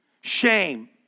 shame